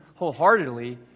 wholeheartedly